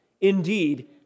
indeed